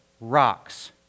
rocks